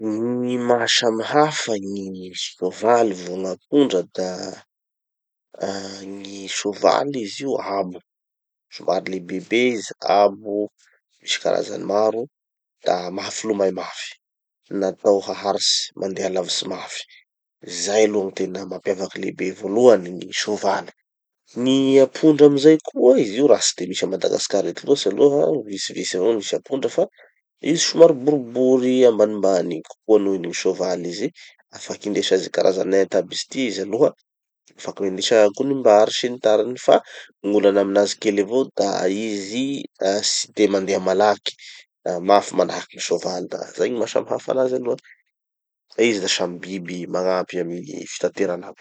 Gny maha samy hafa gny sovaly vo gn'apondra da ah gny sovaly izy io abo, somary lehibebe izy, abo, misy karazany maro, da mahafilomay mafy. Natao haharitsy mandeha lavitsy mafy. Zay aloha gny tena mampiavaky lehibe voalohany gny sovaly. Gny apondra amizay koa, izy io raha tsy de misy a Madagasikara eto loatsy aloha fa vitsivitsy avao misy apondra fa izy somary boribory, ambainimbany kokoa nohon'ny gny sovaly izy. Afaky indesa ze karazan'enta aby izy ty izy aloha, afaky indesa gonim-bary fa gn'olana aminazy kely avao da izy ah tsy de mandeha malaky mafy manahaky gny sovaly da zay gny maha samy hafa aloha. Fa izy da samy biby magnampy amy fitaterana aby.